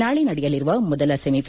ನಾಳೆ ನಡೆಯಲಿರುವ ಮೊದಲ ಸೆಮಿಫ